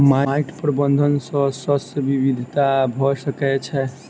माइट प्रबंधन सॅ शस्य विविधता भ सकै छै